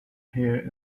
here